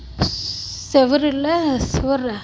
செவுருல சிவரா